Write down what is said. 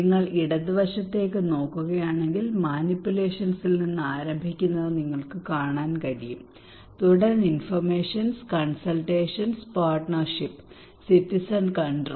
നിങ്ങൾ ഇടത് വശത്തേക്ക് നോക്കുകയാണെങ്കിൽ മാനിപുലേഷൻസിൽ നിന്ന് ആരംഭിക്കുന്നത് നിങ്ങൾക്ക് കാണാൻ കഴിയും തുടർന്ന് informations consultations partnership citizen control